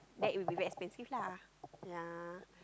that will be very expensive lah yea